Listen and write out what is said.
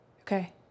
Okay